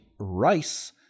rice